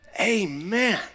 Amen